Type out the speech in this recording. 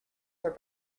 for